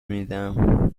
میدم